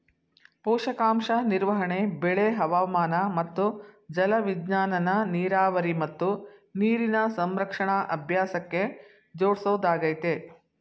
ಪೋಷಕಾಂಶ ನಿರ್ವಹಣೆ ಬೆಳೆ ಹವಾಮಾನ ಮತ್ತು ಜಲವಿಜ್ಞಾನನ ನೀರಾವರಿ ಮತ್ತು ನೀರಿನ ಸಂರಕ್ಷಣಾ ಅಭ್ಯಾಸಕ್ಕೆ ಜೋಡ್ಸೊದಾಗಯ್ತೆ